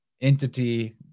entity